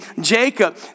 Jacob